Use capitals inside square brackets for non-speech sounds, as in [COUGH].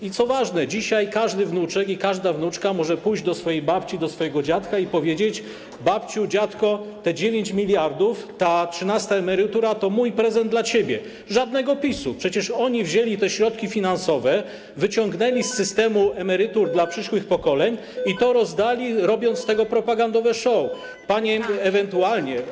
I, co ważne, dzisiaj każdy wnuczek i każda wnuczka może pójść do swojej babci i do swojego dziadka i powiedzieć: babciu, dziadku, te 9 mld, ta trzynasta emerytura to mój prezent dla ciebie, żadnego PiS-u, przecież oni wzięli te środki finansowe, wyciągnęli [NOISE] z systemu emerytur dla przyszłych pokoleń i to rozdali, robiąc z tego propagandowy show.